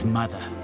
mother